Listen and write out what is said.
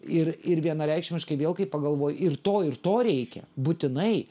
ir ir vienareikšmiškai vėl kai pagalvoji ir to ir to reikia būtinai